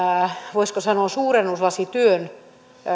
voisiko sanoa suurennuslasityön